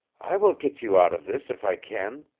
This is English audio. i will get you out of this if i can.